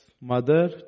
mother